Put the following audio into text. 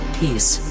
peace